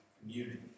community